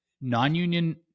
non-union